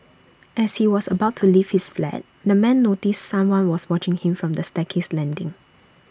as he was about to leave his flat the man noticed someone was watching him from the staircase landing